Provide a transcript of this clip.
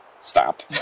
stop